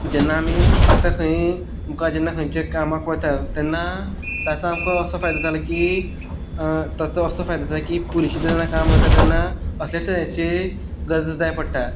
जेन्ना आमी आतां खंयी मुखार जेन्ना खंयच्याय कामाक वता तेन्ना ताचो आमकां असो फायदो जालो की ताचो असो फायदो जालो की पुलीशेन जेन्ना काम करता तेन्ना असले तरेची गरज जाय पडटा